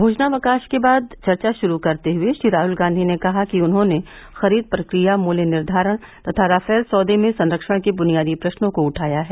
भोजनावकाश के बाद चर्चा शुरू करते हुए श्री राहुल गांधी ने कहा कि उन्होंने खरीद प्रक्रिया मूल्य निर्धारण तथा राफल सौदे में संरक्षण के बुनियादी प्रस्नों को उठाया है